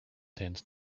tends